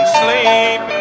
sleep